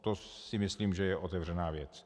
To si myslím, že je otevřená věc.